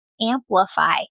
amplify